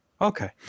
okay